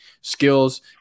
skills